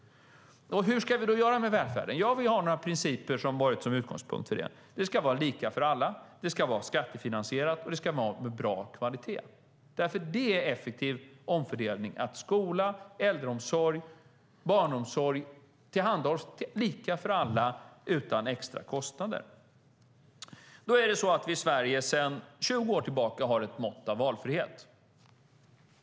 Hur ska vi då göra med välfärden? Vi har några principer som varit utgångspunkt. Det ska vara lika för alla, det ska vara skattefinansierat, och det ska vara med bra kvalitet. Det är effektiv omfördelning att skola, äldreomsorg och barnomsorg tillhandahålls lika för alla utan extra kostnader. I Sverige har vi sedan 20 år tillbaka ett mått av valfrihet.